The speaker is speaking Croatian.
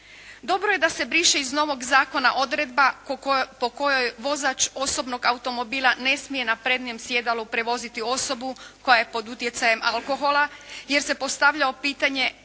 Dobro je da se briše iz novog zakona odredba po kojoj vozač osobnog automobila ne smije na prednjem sjedalu voziti osobu koja je pod utjecajem alkohola, jer se postavljalo pitanje